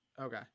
Okay